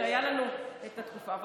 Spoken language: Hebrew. הייתה לנו את התקופה.